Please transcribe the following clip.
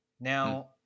Now